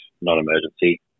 non-emergency